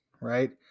right